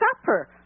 supper